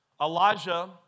Elijah